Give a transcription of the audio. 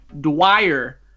Dwyer